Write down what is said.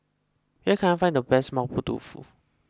where can I find the best Mapo Tofu